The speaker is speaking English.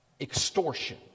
extortion